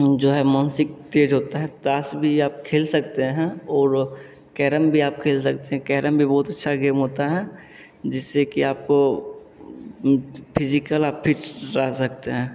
जो है मानसिक तेज़ होता है ताश भी आप खेल सकते हैं ओर कैरम भी आप खेल सकते हैं कैरम भी बहुत अच्छा गेम होता है जिससे कि आपको फीजीकल आप फीट रह सकते हैं